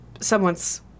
someone's